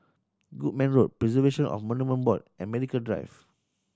Goodman Road Preservation of Monument Board and Medical Drive